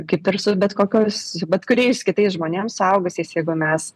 kaip ir su bet kokios bet kuriais kitais žmonėm suaugusiais jeigu mes